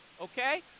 Okay